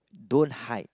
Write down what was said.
don't hide